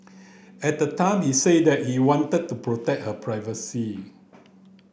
at the time he said that he wanted to protect her privacy